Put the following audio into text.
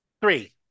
Three